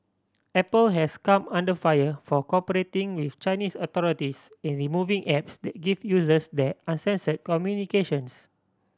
Apple has come under fire for cooperating with Chinese authorities in the removing apps that give users there uncensored communications